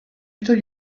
thought